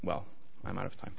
well i'm out of time